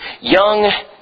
young